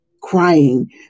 crying